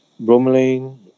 bromelain